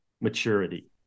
maturity